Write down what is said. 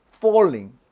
falling